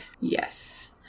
Yes